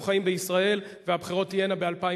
אנחנו חיים בישראל, והבחירות תהיינה ב-2013.